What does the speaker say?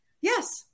yes